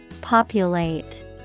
Populate